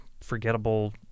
forgettable